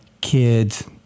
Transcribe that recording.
kids